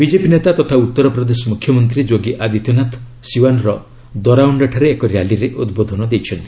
BJP ନେତା ତଥା ଉତ୍ତରପ୍ରଦେଶ ମୁଖ୍ୟମନ୍ତ୍ରୀ ଯୋଗୀ ଆଦିତ୍ୟନାଥ ସିୱାନ୍ର ଦରାଉଣ୍ଡା ଠାରେ ଏକ ର୍ୟାଲିରେ ଉଦ୍ବୋଧନ ଦେଇଛନ୍ତି